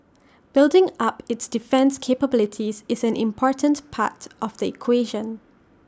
building up its defence capabilities is an important part of the equation